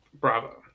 bravo